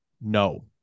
No